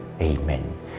Amen